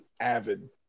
avid